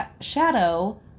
shadow